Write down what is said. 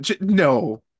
no